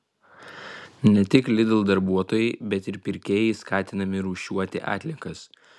ne tik lidl darbuotojai bet ir pirkėjai skatinami rūšiuoti atliekas